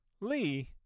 Lee